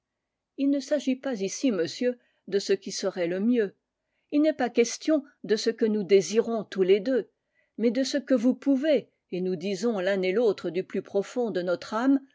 il ne s'agit pas ici monsieur de ce qui serait le mieux il n'est pas question de ce que nous désirons tous les deux mais de ce que vous pouvez et nous disons l'un et l'autre du plus profond de notre âme